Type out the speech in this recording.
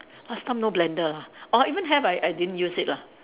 last time no blender lah or even have I I didn't use it lah